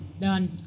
Done